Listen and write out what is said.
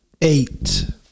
eight